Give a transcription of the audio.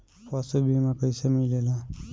पशु बीमा कैसे मिलेला?